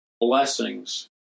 blessings